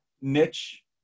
niche